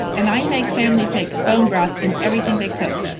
and i make families make bone broth in everything they cook.